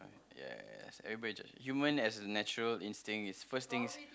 yes everybody judge human as natural instinct is first thing is